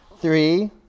three